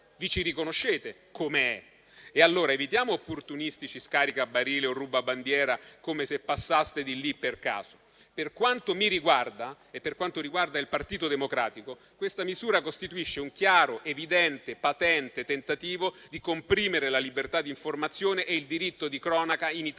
vi ci riconoscete, come è, e allora evitiamo opportunistici scaricabarile o rubabandiera, come se passaste di lì per caso. Per quanto riguarda me e per quanto riguarda il Partito Democratico, questa misura costituisce un chiaro, evidente, patente tentativo di comprimere la libertà di informazione e il diritto di cronaca in Italia;